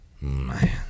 man